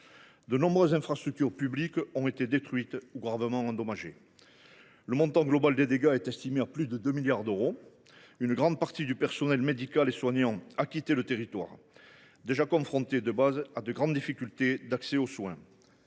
De nombreuses infrastructures publiques ont été détruites ou gravement endommagées. Le montant global des dégâts est estimé à plus de 2 milliards d’euros. Une grande partie du personnel médical et soignant a quitté le territoire, alors que les Calédoniens sont confrontés depuis longtemps déjà à de grandes difficultés d’accès aux soins.